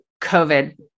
COVID